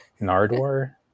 Nardwar